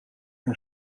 een